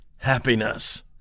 happiness